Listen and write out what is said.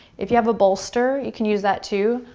if you have a bolster, you can use that too.